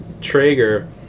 Traeger